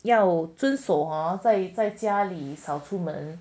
要遵守在在家里少出门